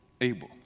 Abel